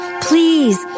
please